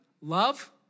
love